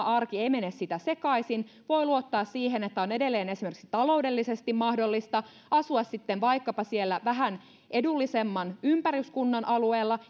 arki ei mene siitä sekaisin voi luottaa siihen että on edelleen esimerkiksi taloudellisesti mahdollista asua sitten vaikkapa siellä vähän edullisemman ympäryskunnan alueella